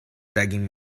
begging